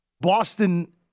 Boston